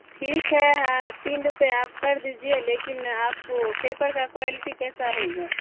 ٹھیک ہے تین روپیہ آپ کر دیجیے لیکن آپ پیپر کا کوالٹی کیسا ہوگا